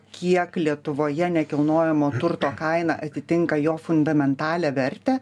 kiek lietuvoje nekilnojamo turto kaina atitinka jo fundamentalią vertę